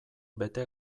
bete